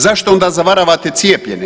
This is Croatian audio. Zašto onda zavaravate cijepljenje?